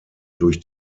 durch